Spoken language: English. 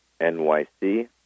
NYC